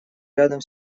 рядом